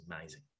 amazing